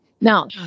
Now